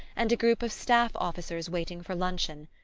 and a group of staff-officers waiting for luncheon.